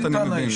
אתה מבין